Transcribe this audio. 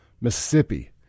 Mississippi